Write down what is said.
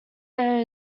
there